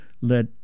let